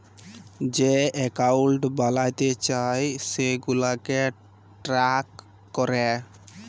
যে একাউল্ট বালাতে চায় সেগুলাকে ট্র্যাক ক্যরে